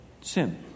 Sin